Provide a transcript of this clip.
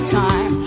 time